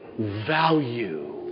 value